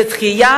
זה הדחייה